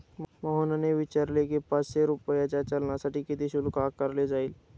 मोहनने विचारले की, पाचशे रुपयांच्या चलानसाठी किती शुल्क आकारले जाईल?